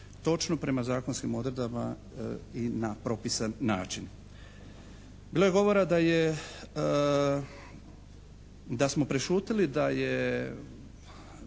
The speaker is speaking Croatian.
točno prema zakonskim odredbama i na propisan način. Bilo je govora da je, da smo prešutjeli da je